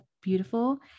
beautiful